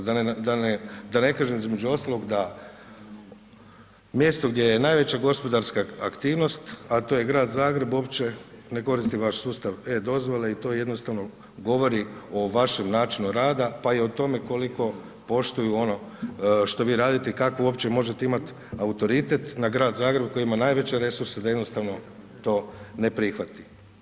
Da ne kažem, između ostalog, da mjesto gdje je najveća gospodarska aktivnost, a to je Grad Zagreb, uopće ne koristi vaš sustav e-Dozvole i to jednostavno govori o vašem načinu rada, pa i o tome koliko poštuju ono što vi radite i kako uopće možete imati autoritet na Grad Zagreb, koji ima najveće resurse da jednostavno to ne prihvati.